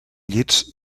llits